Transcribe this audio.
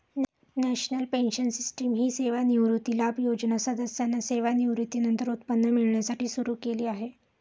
national pension system ही सेवानिवृत्ती लाभ योजना सदस्यांना सेवानिवृत्तीनंतर उत्पन्न मिळण्यासाठी सुरू केली आहे